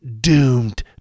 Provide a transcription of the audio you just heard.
doomed